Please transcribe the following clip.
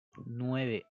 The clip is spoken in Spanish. nueve